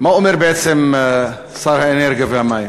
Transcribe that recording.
מה אומר בעצם שר האנרגיה והמים?